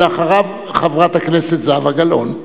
אחריו, חברת הכנסת זהבה גלאון.